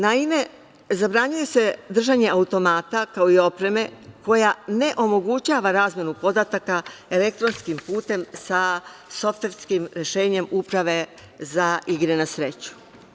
Naime, zabranjuje se držanje automata, kao i opreme koja ne omogućava razmenu podataka elektronskim putem sa softverskim rešenjem Uprave za igru na sreću.